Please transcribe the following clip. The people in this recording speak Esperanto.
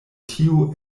tio